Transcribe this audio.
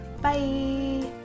Bye